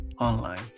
online